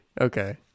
Okay